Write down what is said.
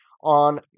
on